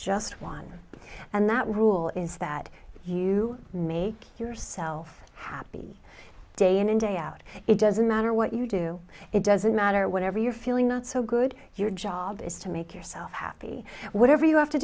just one and that rule is that you make yourself happy day in and day out it doesn't matter what you do it doesn't matter whatever you're feeling not so good your job is to make yourself happy whatever you have to